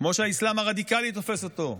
כמו שהאסלאם הרדיקלי תופס אותו,